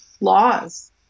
laws